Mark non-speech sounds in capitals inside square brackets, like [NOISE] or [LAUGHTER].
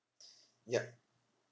[BREATH] yup